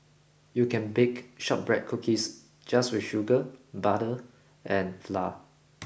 you can bake shortbread cookies just with sugar butter and flour